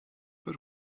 but